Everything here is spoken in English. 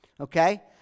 okay